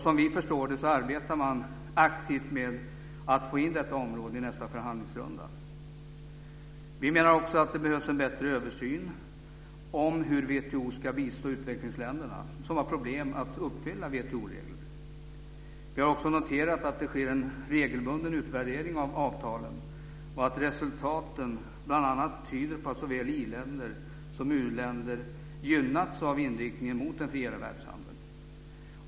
Som vi förstår det arbetar man aktivt med att få in detta område i nästa förhandlingsrunda. Vi menar också att det behövs en bättre översyn av hur WTO ska bistå utvecklingsländer som har problem uppfylla WTO-regler. Vi har också noterat att det sker en regelbunden utvärdering av avtalen och att resultaten bl.a. tyder på att såväl i-länder som uländer gynnats av inriktningen mot en friare världshandel.